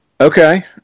Okay